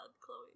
Chloe